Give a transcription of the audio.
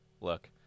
look